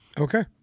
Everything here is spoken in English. Okay